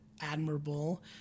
admirable